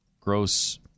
gross